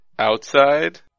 Outside